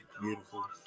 Beautiful